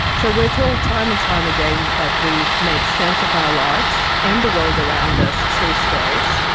so we are told time and time again that we make sense of our lives and the world around us through stories,